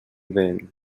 vent